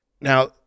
Now